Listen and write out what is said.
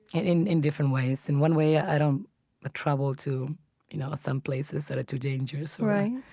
and in in different ways. in one way, i don't ah travel to you know ah some places that are too dangerous right,